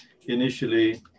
initially